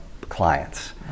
clients